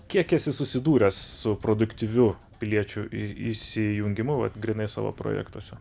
kiek esi susidūręs su produktyviu piliečių į įsijungimu vat grynai savo projektuose